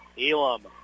Elam